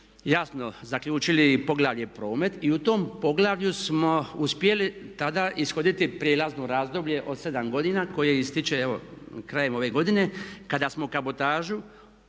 jasno zaključili poglavlje promet i u tom poglavlju smo uspjeli tada ishoditi prijelazno razdoblje od 7 godina koje ističe evo krajem ovo godine kada smo kabotažu